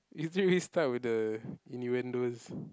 literally start with the innuendos